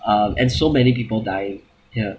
uh and so many people dying ya